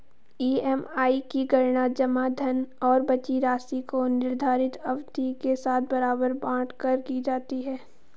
EMI की गणना जमा धन और बची राशि को निर्धारित अवधि के साथ बराबर बाँट कर की जाती है